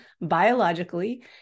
biologically